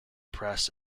press